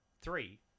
three